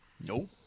Nope